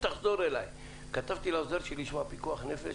זה מתחיל מפנייה שקיבלתי על קו סיוע שמתעסק באלימות במשפחה,